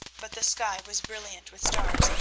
but the sky was brilliant with stars,